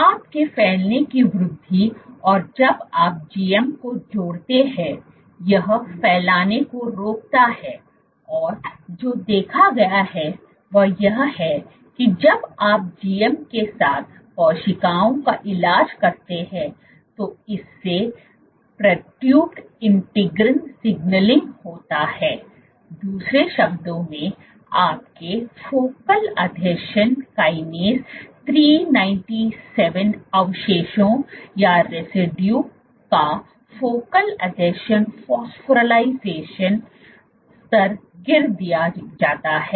आपके फैलने की वृद्धि और जब आप GM को जोड़ते हैं यह फैलाने को रोकता है और जो देखा गया है वह है कि जब आप GM के साथ कोशिकाओं का इलाज करते हैं तो इससे perturbed integrin signaling perturbed integrin signaling होता है दूसरे शब्दों में आपके फोकल आसंजन काईनेस 397 अवशेषों का फोकल आसंजन फास्फोरिलीकरण स्तर गिरा दिया जाता है